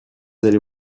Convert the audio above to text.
aller